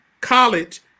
college